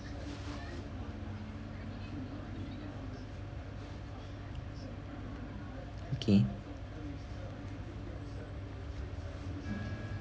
okay